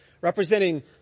representing